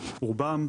רובם,